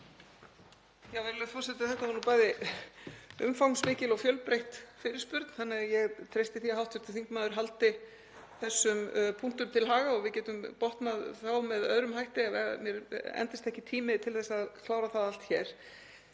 forseti. Þetta var bæði umfangsmikil og fjölbreytt fyrirspurn. Ég treysti því að hv. þingmaður haldi þessum punktum til haga svo að við getum botnað þá með öðrum hætti ef mér endist ekki tími til að klára það allt hér.